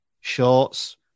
shorts